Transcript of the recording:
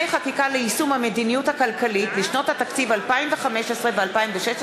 חקיקה ליישום המדיניות הכלכלית לשנות התקציב 2015 ו-2016),